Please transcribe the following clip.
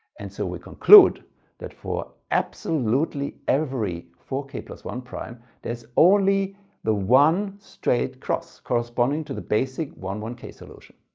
and so we conclude that for absolutely every four k one prime there's only the one straight cross corresponding to the basic one one k solution.